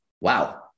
wow